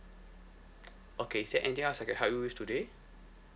okay is there anything else I can help you with today